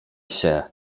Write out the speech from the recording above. się